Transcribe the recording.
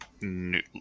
new